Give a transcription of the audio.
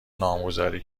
نامگذاری